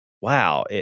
wow